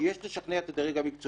כי יש לשכנע את הדרג המקצועי,